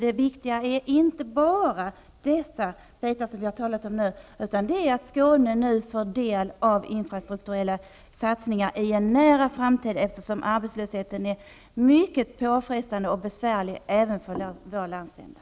Det viktiga är nämligen inte bara de delar som vi nu har talat om, utan det viktiga är att Skåne nu får del av infrastrukturella satsningar i en nära framtid, eftersom arbetslösheten är mycket påfrestande och besvärlig även för vår landsända.